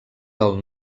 del